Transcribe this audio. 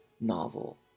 novel